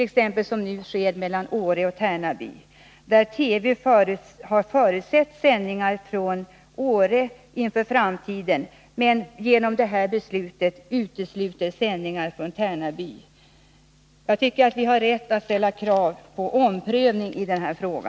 Detta sker nu när det gäller Åre och Tärnaby, där TV förutser sändningar från Åre i framtiden men genom detta beslut utesluter sändningar från Tärnaby. Jag tycker att vi har rätt att ställa krav på omprövning av denna fråga.